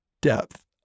depth